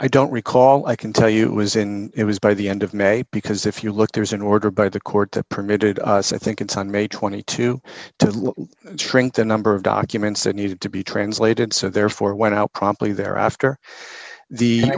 i don't recall i can tell you it was in it was by the end of may because if you look there's an order by the court to permitted i think it's on may twenty two to trink the number of documents that needed to be translated so therefore went out promptly there after the